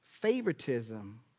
favoritism